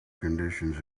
conditions